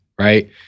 right